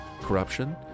Corruption